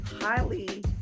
highly